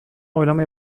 oylama